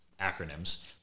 acronyms